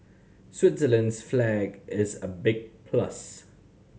Switzerland's flag is a big plus